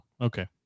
Okay